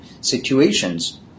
situations